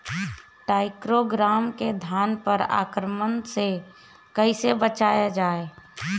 टाइक्रोग्रामा के धान पर आक्रमण से कैसे बचाया जाए?